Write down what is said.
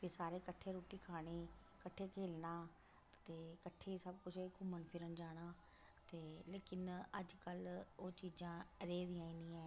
फ्ही सारें कट्ठे रुट्टी खानी कट्ठे खेलना ते कट्ठे सब कुछ घूमन फिरन जाना ते लेकिन अज्जकल ओह् चीजां रेहदियां ई नी हैन